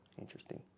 Interesting